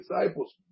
disciples